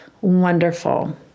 wonderful